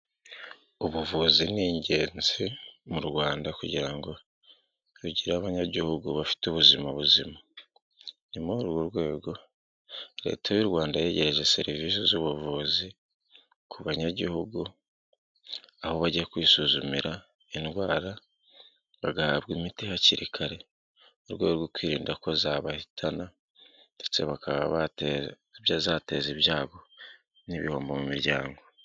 Ubuvuzi ni ingenzi mu Rwanda kugira ngo rugire abanyagihugu bafite ubuzima buzima. Ni muri u uru rwego leta y'u Rwanda yegereje serivisi z'ubuvuzi ku banyagihugu, aho bajya kwisuzumira indwara bagahabwa imiti hakiri kare mu rwego rwo kwirinda ko zabahitana ndetse bakaba zateza ibyago n'ibihombomu miryango.